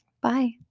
Bye